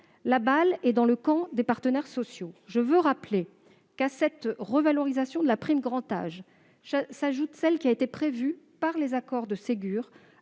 La balle est dans le camp des partenaires sociaux. Je veux le rappeler, à cette revalorisation de la prime « grand âge » s'ajoute celle que les accords de Ségur